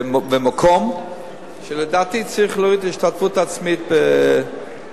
ומקום שלדעתי צריך להוריד את ההשתתפות העצמית בתרופות.